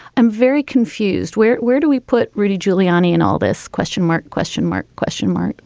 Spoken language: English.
i'm very confused. where where do we put rudy giuliani in all this? question mark. question mark question mark.